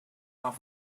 off